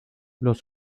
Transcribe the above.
los